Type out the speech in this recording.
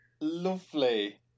Lovely